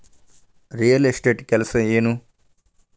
real estate ಕೆಲಸ ಏನು